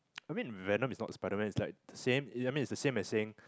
I mean Venom is not Spiderman it's like same I mean it's the same as saying